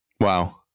Wow